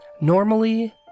Normally